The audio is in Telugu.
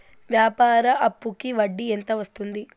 వ్యాపార అప్పుకి వడ్డీ ఎంత వస్తుంది?